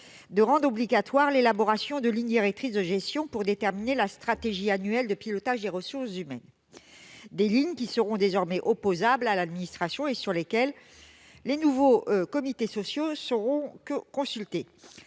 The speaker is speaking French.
de rendre obligatoire l'élaboration de lignes directrices de gestion pour déterminer la stratégie annuelle de pilotage des ressources humaines, des lignes qui seront désormais opposables à l'administration et sur lesquelles les nouveaux comités sociaux seront consultés.